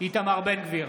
איתמר בן גביר,